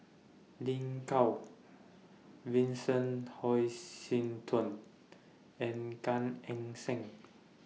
Lin Gao Vincent Hoisington and Gan Eng Seng